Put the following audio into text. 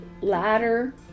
ladder